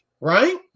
right